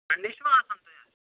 Sunday چھُوا آسان تُہۍ حظ